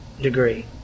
degree